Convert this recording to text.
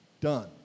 done